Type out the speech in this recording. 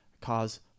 cause